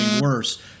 worse